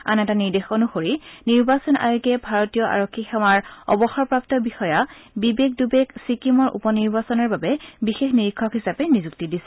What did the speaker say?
আন এটা নিৰ্দেশ অনুসৰি নিৰ্বাচন আয়োগে ভাৰতীয় আৰক্ষী সেৱাৰ অৱসৰ প্ৰাপ্ত বিষয়া বিবেক ডুবেক চিকিমৰ উপ নিৰ্বাচনৰ বাবে বিশেষ নিৰীক্ষক হিচাপে নিয়ক্তি দিছে